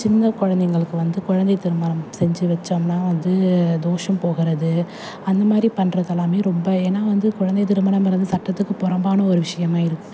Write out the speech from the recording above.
சின்ன கொழந்தைங்களுக்கு வந்து கொழந்தைத் திருமணம் செஞ்சு வைச்சோம்னா வந்து தோஷம் போகிறது அந்த மாதிரி பண்ணுறதெல்லாமே ரொம்ப ஏன்னா வந்து கொழந்தை திருமணங்கிறது சட்டத்துக்குப் புறம்பான ஒரு விஷயமா இருக்குது